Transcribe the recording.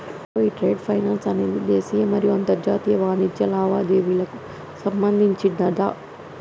ఈ trade finance అనేది దేశీయ మరియు అంతర్జాతీయ వాణిజ్య లావాదేవీలకు సంబంధించిందట